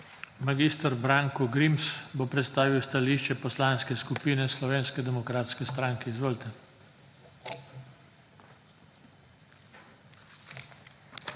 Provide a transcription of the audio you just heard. Mag. Branko Grims bo predstavil stališče Poslanske skupine Slovenske demokratske stranke. Izvolite.